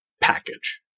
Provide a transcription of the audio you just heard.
package